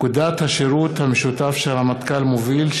פקודת השירות המשותף שהרמטכ"ל מוביל,